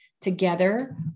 together